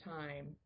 time